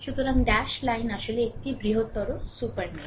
সুতরাং ড্যাশ লাইনটি আসলে একটি বৃহত্তর সুপার মেশ